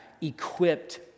equipped